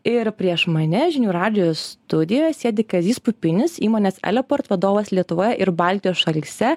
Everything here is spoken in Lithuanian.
ir prieš mane žinių radijo studijoje sėdi kazys pupinis įmonės eleport vadovas lietuvoje ir baltijos šalyse